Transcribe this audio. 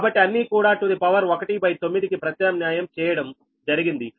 కాబట్టి అన్నీ కూడా టు ది పవర్ 1 బై 9 కి ప్రత్యామ్నాయం చేయడం జరిగింది